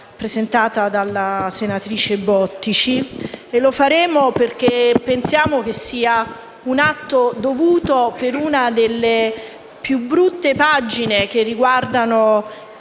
presentata dalla senatrice Bottici, e lo faremo perché pensiamo che sia un atto dovuto per una delle più brutte pagine che riguardano